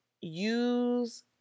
use